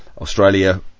Australia